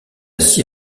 scie